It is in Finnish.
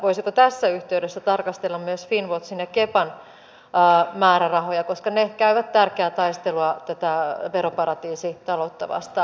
voisiko tässä yhteydessä tarkastella myös finnwatchin ja kepan määrärahoja koska ne käyvät tärkeää taistelua tätä veroparatiisitaloutta vastaan omalla tavallaan